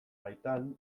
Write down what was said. baitan